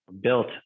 built